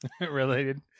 related